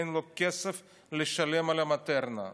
אין לו כסף לשלם על המטרנה.